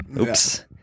Oops